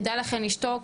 כדאי לכן לשתוק,